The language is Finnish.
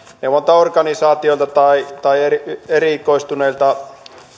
neuvontaorganisaatioilta tai tai erikoistuneilta